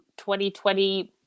2020